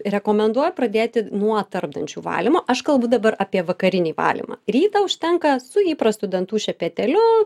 rekomenduoju pradėti nuo tarpdančių valymo aš kalbu dabar apie vakarinį valymą rytą užtenka su įprastu dantų šepetėliu